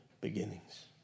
beginnings